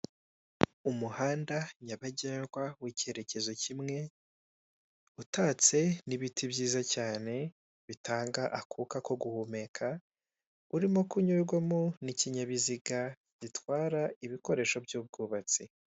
Umuhanda nyabagendwa w'icyerekezo kimwe utatswe n'ibiti byiza cyane bitanga akuka ko guhumeka, urimo kunyurwamo n'ikinyabiziga gitware ibikoresho by'ubwubatsi.